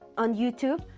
on youtube,